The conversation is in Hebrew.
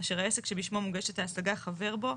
אשר העסק שבשמו מוגשת ההשגה חבר בו.